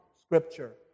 Scripture